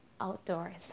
outdoors